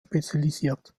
spezialisiert